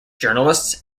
journalists